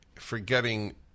Forgetting